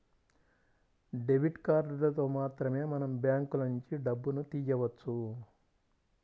debit కార్డులతో మాత్రమే మనం బ్యాంకులనుంచి డబ్బును తియ్యవచ్చు